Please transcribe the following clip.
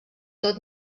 tot